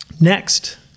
Next